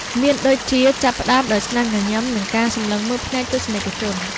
មានដូចជា ចាប់ផ្តើមដោយស្នាមញញឹម និងការសម្លឹងមើលភ្នែកទស្សនិកជន។